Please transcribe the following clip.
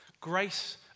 Grace